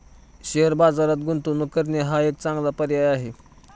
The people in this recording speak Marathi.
शेअर बाजारात गुंतवणूक करणे हा एक चांगला पर्याय आहे